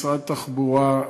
משרד התחבורה,